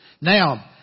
Now